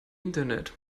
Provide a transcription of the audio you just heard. internet